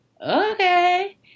okay